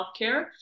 healthcare